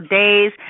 days